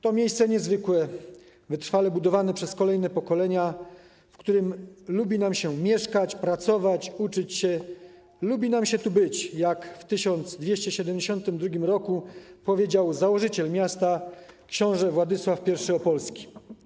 To miejsce niezwykłe wytrwale budowane przez kolejne pokolenia, w którym lubi nam się mieszkać, pracować, uczyć się, lubi się nam tu być - jak w 1272 r. powiedział założyciel miasta książę Władysław I Opolski.